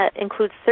includes